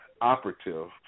operative